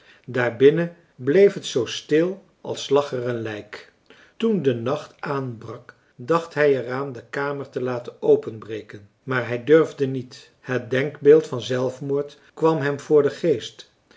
binnen bleef het zoo stil als lag er een lijk toen de nacht aanbrak dacht hij er aan de kamer te laten openbreken maar hij durfde niet het denkbeeld van zelfmoord kwam hem voor den geest